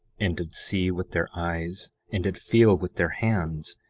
and did see with their eyes and did feel with their hands,